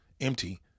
empty